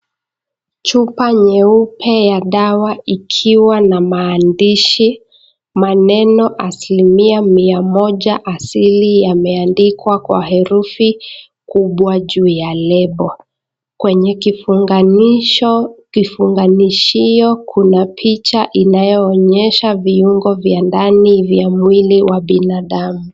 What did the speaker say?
Chupa nyeupe ya dawa ikiwa na maandishi, maneno asilimia mia moja asili yameendikwa kwa herufi kubwa juu ya lebo, kwenye kifunganisho kifungaunishio kuna picha inayoonyesha viungo vya mwili vya binadamu.